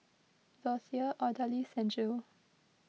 Dorthea Odalis and Jill